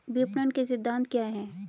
विपणन के सिद्धांत क्या हैं?